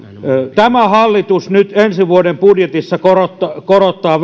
tämä hallitus nyt ensi vuoden budjetissa korottaa